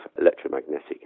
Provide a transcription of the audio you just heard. electromagnetic